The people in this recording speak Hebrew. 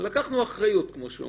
לקחנו אחריות, כמו שאומרים,